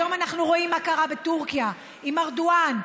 היום אנחנו רואים מה קרה בטורקיה עם ארדואן,